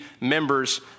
members